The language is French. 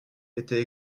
était